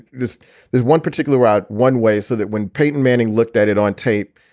this is one particular route, one way. so that when peyton manning looked at it on tape,